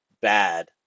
bad